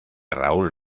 raúl